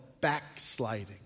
backsliding